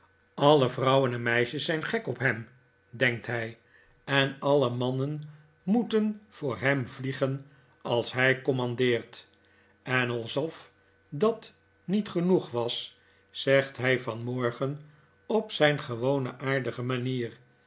alle vrouwen en meisjes zijn gek op hem denkt hij en alle mannen moeten voor hem vliegen als hij commandeert en alsof dat niet genoeg was zegt hij vanmorgen op zijn gewone aardige manier